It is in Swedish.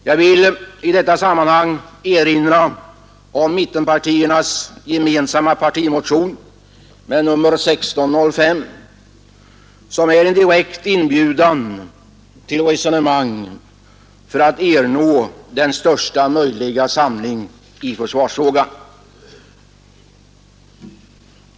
Jag vill erinra om mittenpartiernas gemensamma partimotion nr 1605, som är en direkt inbjudan till resonemang för att ernå största möjliga samling i försvarsfrågan.